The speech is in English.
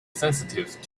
sensitive